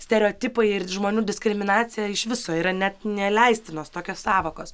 stereotipai ir žmonių diskriminacija iš viso yra net neleistinos tokios sąvokos